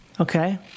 Okay